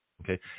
okay